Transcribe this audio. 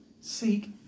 seek